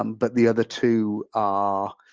um but the other two are